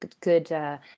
good